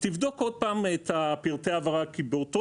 שיבדוק עוד פעם את פרטי ההעברה כי באותו